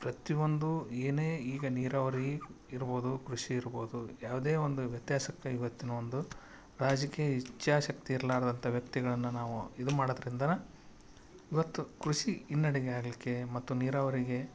ಪ್ರತಿ ಒಂದು ಏನೆ ಈಗ ನೀರಾವರಿ ಇರ್ಬೋದು ಕೃಷಿ ಇರ್ಬೋದು ಯಾವುದೆ ಒಂದು ವ್ಯತ್ಯಾಸಕ್ಕೆ ಇವತ್ತಿನ ಒಂದು ರಾಜಕೀಯ ಇಚ್ಛಾಶಕ್ತಿ ಇರಲಾರದಂತ ವ್ಯಕ್ತಿಗಳನ್ನು ನಾವು ಇದು ಮಾಡದ್ರಿಂದನೆ ಇವತ್ತು ಕೃಷಿ ಹಿನ್ನಡಿಗೆ ಆಗಲಿಕ್ಕೆ ಮತ್ತು ನೀರಾವರಿಗೆ